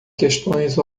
questões